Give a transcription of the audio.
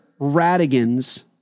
Radigan's